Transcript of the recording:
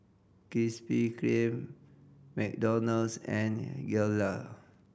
Krispy Kreme McDonald's and Gelare